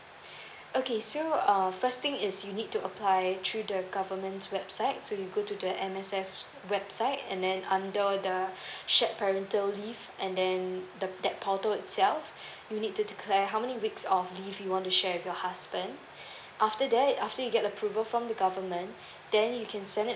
okay so err first thing is you need to apply through the government's website so you go to the M_S_F website and then under the shared parental leave and then that portal itself you need to declare how many weeks of leave you want to share with your husband after that after you get approval from the government then you can send it